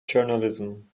journalism